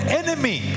enemy